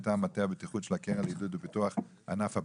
מטעם מטה הבטיחות של הקרן לעידוד ופיתוח ענף הבנייה.